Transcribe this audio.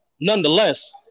nonetheless